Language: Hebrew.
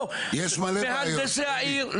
לא מהנדסי העיר.